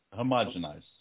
homogenize